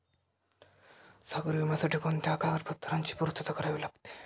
सागरी विम्यासाठी कोणत्या कागदपत्रांची पूर्तता करावी लागते?